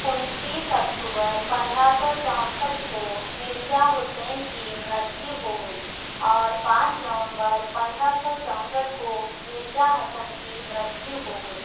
उन्तीस ओक्टोबर पंद्रह सौ चौंसठ को मिर्जा हुसैन की मृत्यु हो गई और पाँच नवंबर पंद्रह सौ चौंसठ को मिर्जा हसन की मृत्यु हो गई